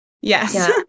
Yes